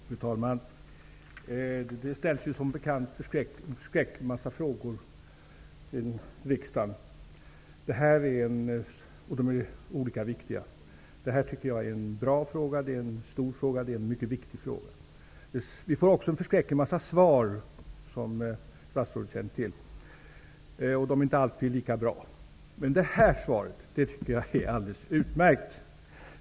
Fru talman! Det ställs som bekant förskräckligt många frågor i riksdagen. De är olika viktiga. Detta tycker jag är en bra fråga. Det är en stor fråga, och det är en mycket viktig fråga. Vi får också förskräckligt många svar, som statsrådet känner till, och de är inte alltid lika bra. Men detta svar är alldeles utmärkt.